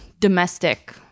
domestic